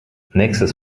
nächstes